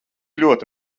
ļoti